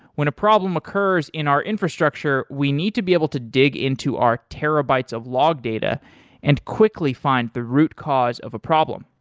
when a problem occurs in our infrastructure we need to be able to dig into our terabytes of log data and quickly find the root cause of a problem.